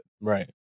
Right